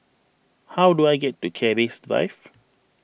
how do I get to Keris Drive